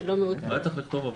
היה צריך לכתוב עבר.